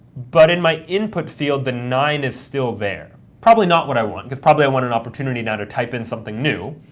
but in my input field, the nine is still there. probably not what i want, because probably i want an opportunity now to type in something new.